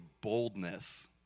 boldness